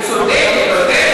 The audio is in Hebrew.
אני אפרש עכשיו, אדוני.